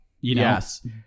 yes